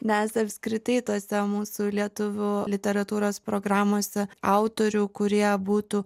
nes apskritai tose mūsų lietuvių literatūros programose autorių kurie būtų